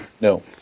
No